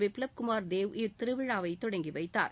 பிப்லாப் குமார்தேவ் இத்திருவிழாவை தொடங்கி வைத்தார்